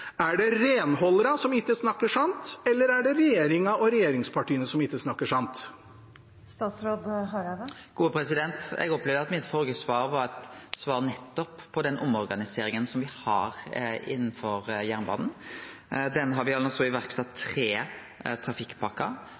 Er det renholderne som ikke snakker sant, eller er det regjeringen og regjeringspartiene som ikke snakker sant? Eg opplever at mitt førre svar var eit svar nettopp på den omorganiseringa me har innanfor jernbanen. Der har me sett i verk tre